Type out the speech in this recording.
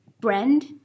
brand